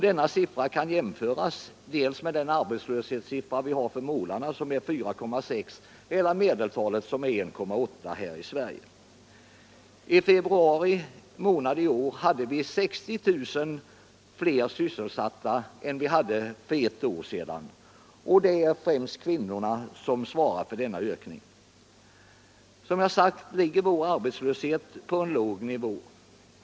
Denna siffra kan jämföras dels med den arbetslöshetssiffra vi har för målarna, som är 4,6 23, dels med medeltalet för arbetslösheten, som är 1,8 ?6 här i Sverige. I februari månad i år hade vi 60 000 flera svsselsatta än vi hade för ett år sedan, och det är främst kvinnorna som svarar för denna ökning. politiken Arbetsmarknadspolitiken Som sagt ligger vår arbetslöshet på en låg nivå.